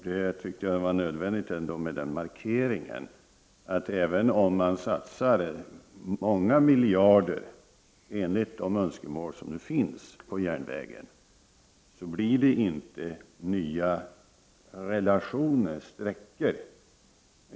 Jag tyckte att det var nödvändigt att göra markeringen att även om man satsar många miljarder, enligt de önskemål som nu finns, på järnvägen så blir det inte i första hand nya relationer, nya sträckor.